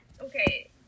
Okay